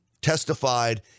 testified